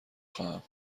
خواهم